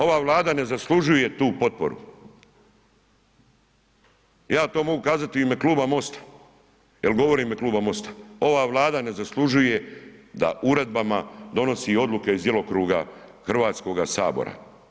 Ova Vlada ne zaslužuje tu potporu, ja to mogu kazat i u ime Kluba MOST-a, jer govorim u ime MOST-a, ova Vlada ne zaslužuje da uredbama donosi odluke iz djelokruga Hrvatskoga sabora.